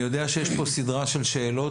אני יודע שיש פה סדרה של שאלות,